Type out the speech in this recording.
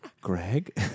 Greg